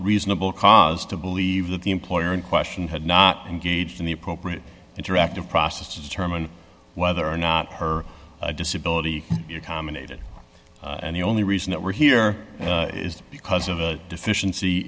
reasonable cause to believe that the employer in question had not engaged in the appropriate interactive process to determine whether or not her disability commentated and the only reason that we're here is because of a deficiency